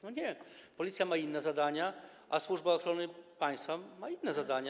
No nie, Policja ma inne zadania i Służba Ochrony Państwa ma inne zadania.